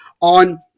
on